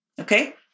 okay